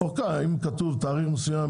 אורכה, אם כתוב תאריך מסוים